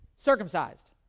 circumcised